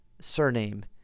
surname